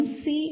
C D